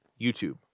YouTube